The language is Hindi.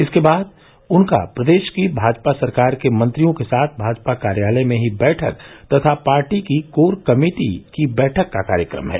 इसके बाद उनका प्रदेश की भाजपा सरकार के मंत्रियों के साथ भाजपा कार्यालय में ही बैठक तथा पार्टी की कोर कमिटी की बैठक का कार्यक्रम है